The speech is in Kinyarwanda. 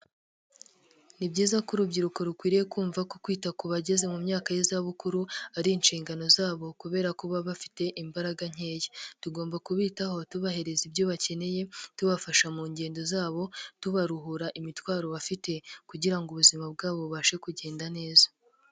Ni byiza ko urubyiruko rukwiriye kumva ko kwita ku bageze mu myaka y'izabukuru ari inshingano zabo kubera ko baba bafite imbaraga nkeya, tugomba kubitaho tubahereza ibyo bakeneye, tubafasha mu ngendo zabo, tubaruhura imitwaro bafite kugira ngo ubuzima bwabo bubashe kugenda neza.